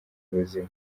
ubuzima